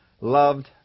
loved